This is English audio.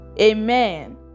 Amen